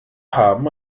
haben